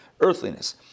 earthliness